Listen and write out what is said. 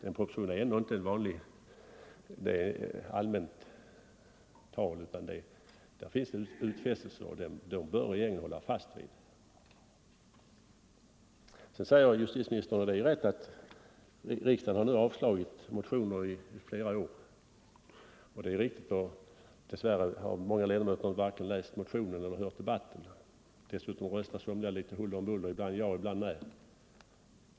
En proposition är inte allmänt tal utan där finns utfästelser som regeringen bör hålla fast vid. Justitieministern säger att riksdagen i flera år avslagit motioner i detta ämne. Det är riktigt. Dess värre har många ledamöter varken läst motionerna eller hört debatterna. Dessutom röstar somliga litet huller om buller, ibland ja och ibland nej.